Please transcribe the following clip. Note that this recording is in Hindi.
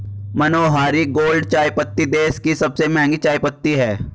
मनोहारी गोल्ड चायपत्ती देश की सबसे महंगी चायपत्ती है